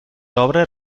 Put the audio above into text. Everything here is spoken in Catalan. obres